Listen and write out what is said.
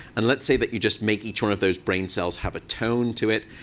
and let's say that you just make each one of those brain cells have a tone to it.